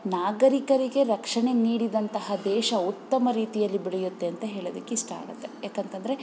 ನಾಗರಿಕರಿಗೆ ರಕ್ಷಣೆ ನೀಡಿದಂತಹ ದೇಶ ಉತ್ತಮ ರೀತಿಯಲ್ಲಿ ಬೆಳೆಯುತ್ತೆ ಅಂತ ಹೇಳೋದಕ್ಕೆ ಇಷ್ಟ ಆಗುತ್ತೆ ಯಾಕಂತಂದರೆ